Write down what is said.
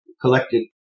collected